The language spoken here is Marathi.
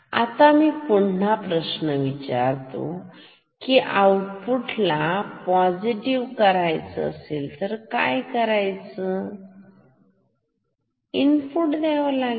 आता मी पुन्हा प्रश्न विचारतो की आउटपुट ला पोसिटीव्ह करायचं असेल तर काय इनपुट द्यावं लागेल